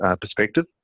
perspective